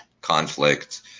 conflict